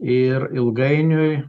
ir ilgainiui